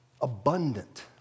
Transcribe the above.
abundant